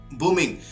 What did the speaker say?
booming